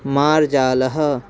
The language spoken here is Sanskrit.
मार्जालः